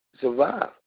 survive